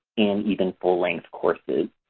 and even full-length courses.